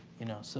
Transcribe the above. you know, so